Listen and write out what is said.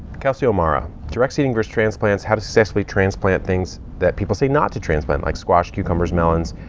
kelsie o'mara direct seeding vs. transplants how to successfully transplant things that people say not to transplant like squash, cucumbers, melons.